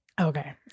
Okay